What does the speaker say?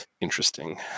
interesting